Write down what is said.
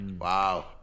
Wow